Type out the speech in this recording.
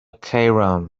cairum